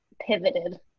pivoted